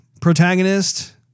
protagonist